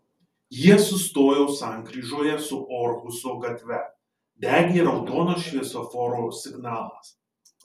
jie sustojo sankryžoje su orhuso gatve degė raudonas šviesoforo signalas